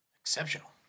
Exceptional